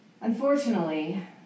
Unfortunately